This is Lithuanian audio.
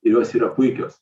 ir jos yra puikios